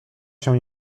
się